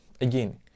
Again